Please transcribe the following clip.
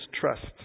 trust